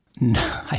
No